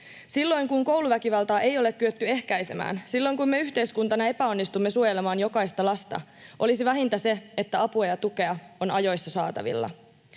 Silloin kun kouluväkivaltaa ei ole kyetty ehkäisemään, silloin kun me yhteiskuntana epäonnistumme suojelemaan jokaista lasta, olisi vähintä se, että apua ja tukea on ajoissa saatavilla,